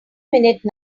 minute